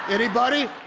anybody?